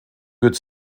wird